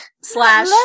slash-